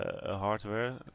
hardware